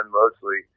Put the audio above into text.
mostly